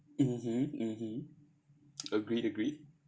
mmhmm mmhmm agree agree